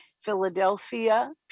Philadelphia